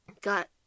Got